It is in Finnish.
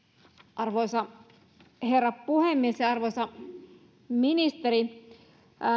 arvoisa herra puhemies ja arvoisa ministeri